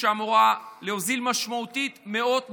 שאמורה להוזיל משמעותית מאות מוצרים,